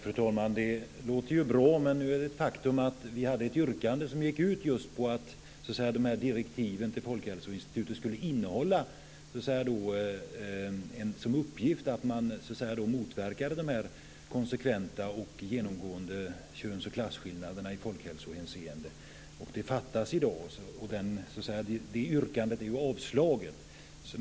Fru talman! Det låter ju bra. Men nu är det ett faktum att vi hade ett yrkande som just gick ut på att direktiven till Folkhälsoinstitutet skulle innehålla som en uppgift att motverka de konsekventa och genomgående köns och klasskillnaderna i folkhälsohänseende. Detta fattas i dag. Det yrkandet är dock avslaget.